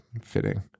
fitting